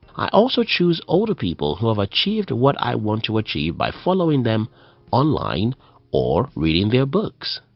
i also choose older people who have achieved what i want to achieve by following them online or reading their books.